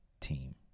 team